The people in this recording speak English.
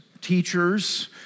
teachers